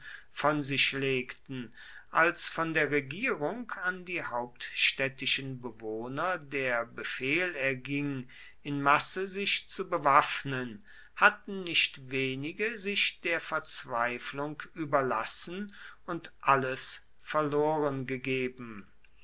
von sich legten als von der regierung an die hauptstädtischen bewohner der befehl erging in masse sich zu bewaffnen hatten nicht wenige sich der verzweiflung überlassen und alles verloren gegeben